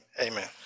amen